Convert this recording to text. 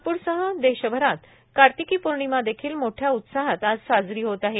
नागपूरसह देशभरात कार्तिकी पौर्णिमा देखील मोठया उत्साहात साजरी होत आहे